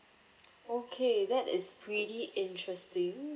okay that is pretty interesting